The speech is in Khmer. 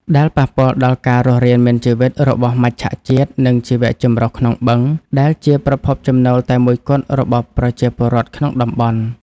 ដែលប៉ះពាល់ដល់ការរស់រានមានជីវិតរបស់មច្ឆជាតិ និងជីវៈចម្រុះក្នុងបឹង ដែលជាប្រភពចំណូលតែមួយគត់របស់ប្រជាពលរដ្ឋក្នុងតំបន់។